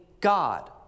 God